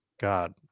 God